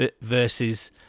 versus